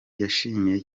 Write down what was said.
yashimiye